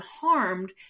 harmed